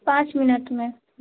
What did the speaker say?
پانچ منٹ میں